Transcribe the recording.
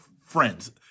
friends